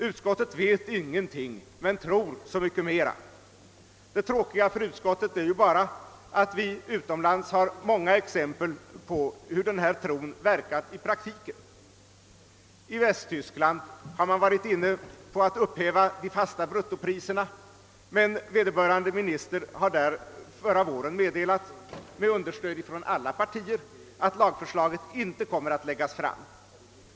Utskottet vet ingenting men tror så mycket mera. Det tråkiga för utskottet är bara att det utomlands finns många exempel på hur den här tron verkat i praktiken. I Västtyskland har man varit inne på tanken att upphäva de fasta bruttopriserna, men vederbörande minister meddelade förra våren — med stöd av alla partier — att lagförslag om detta inte skulle läggas fram.